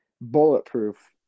Bulletproof